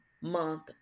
month